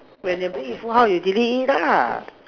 when they bring it full house you delete it la